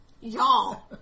Y'all